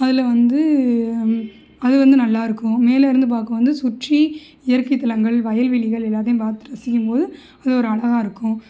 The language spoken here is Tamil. அதில் வந்து அது வந்து நல்லாயிருக்கும் மேலே இருந்து பார்க்கும்போது சுற்றி இயற்கை தலங்கள் வயல்வெளிகள் எல்லாத்தையும் பார்த்து ரசிக்கும் போது அது ஒரு அழகாக இருக்கும்